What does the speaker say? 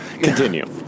Continue